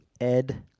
Ed